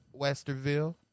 westerville